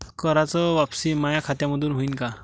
कराच वापसी माया खात्यामंधून होईन का?